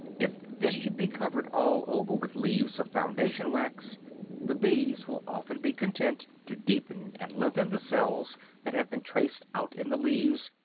if this should be covered all over with leaves of foundation-wax, the bees will often be content to deepen and lengthen the cells that have been traced out in the leaves,